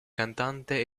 cantante